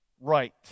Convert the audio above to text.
right